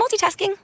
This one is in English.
multitasking